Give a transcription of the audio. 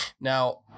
Now